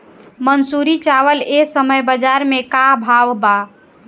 मंसूरी चावल एह समय बजार में का भाव बा?